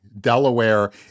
Delaware